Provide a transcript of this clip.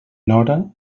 nora